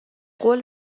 قول